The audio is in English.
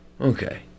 Okay